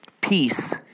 peace